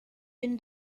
been